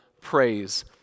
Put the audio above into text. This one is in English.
praise